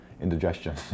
indigestion